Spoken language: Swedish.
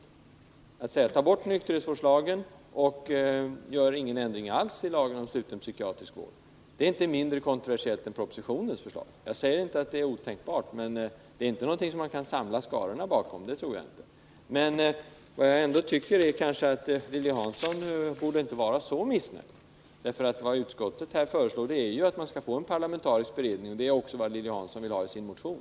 Hon säger att man skall ta bort nykterhetsvårdslagen och att man inte skall göra någon ändring alls i lagen om sluten psykiatrisk vård. Det förslaget skulle inte bli mindre omstritt än propositionen. Jag säger inte att det är otänkbart att göra så, men jag tror inte att det är en lösning som man kan samla skarorna bakom. Jag tycker inte att Lilly Hansson behöver vara så missnöjd. Utskottet föreslår att man skall tillsätta en parlamentarisk beredning, och det är ju också vad Lilly Hansson önskar i sin motion.